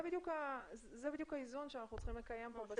זה בדיוק האיזון שאנחנו צריכים לקיים כאן.